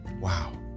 Wow